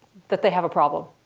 that they have a problem?